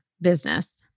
business